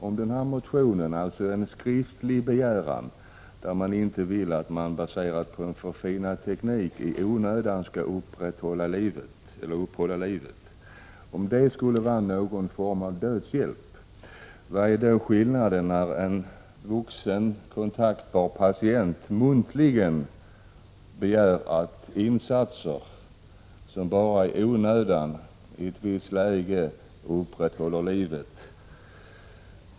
Om någons skriftliga begäran att man inte i onödan, baserat på förfinad teknik, uppehåller livet skulle vara att begära någon form av dödshjälp, vad är då skillnaden när en vuxen patient muntligen begär att man upphör med insatser som bara i onödan i vissa lägen upprätthåller livet?